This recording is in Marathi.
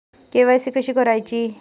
के.वाय.सी कशी करायची?